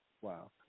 Wow